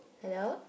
hello